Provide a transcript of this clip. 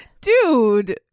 Dude